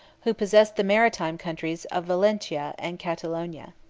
who possessed the maritime countries of valentia and catalonia.